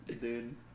Dude